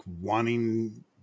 wanting